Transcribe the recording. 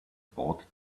bought